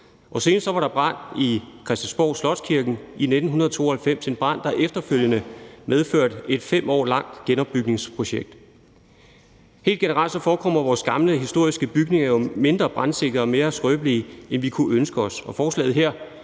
Senest var der brand i Christiansborg Slotskirke i 1992. Det var en brand, der efterfølgende medførte et 5 år langt genopbygningsprojekt. Helt generelt forekommer vores gamle historiske bygninger mindre brandsikre og mere skrøbelige, end vi kunne ønske os.